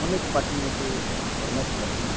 ଅନେକ ପାର୍ଟି ମତେ ଫର୍ମାଏସ୍ କର୍ସନ୍